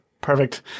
Perfect